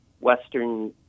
Western